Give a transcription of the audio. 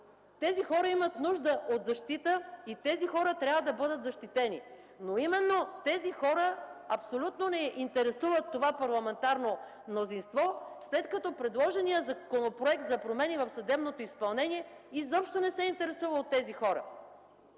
Тези хора имат нужда от защита и тези хора трябва да бъдат защитени. Но именно тези хора абсолютно не интересуват това парламентарно мнозинство, след като предложеният законопроект за промени в съдебното изпълнение изобщо не се интересува от тези хора.